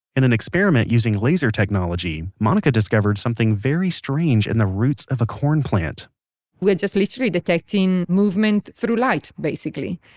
in an experiment using laser technology, monica discovered something very strange in the roots of a corn plant we're just literally detecting movement through light basically.